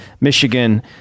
Michigan